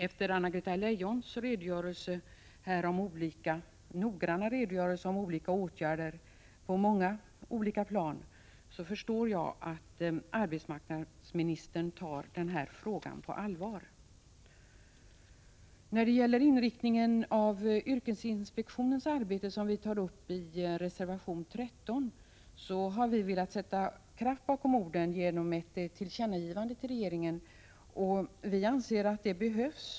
Efter att ha lyssnat till Anna-Greta Leijons noggranna redogörelse för olika åtgärder på många olika plan förstår jag att hon tar frågan på allvar. När det gäller inriktningen av yrkesinspektionens arbete — en fråga som vi tar upp i reservation 13 — vill jag framhålla att vi har velat sätta kraft bakom orden. Det har vi gjort i form av ett tillkännagivande till regeringen. Vi anser att detta var nödvändigt.